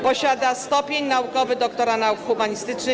Posiada stopień naukowy doktora nauk humanistycznych.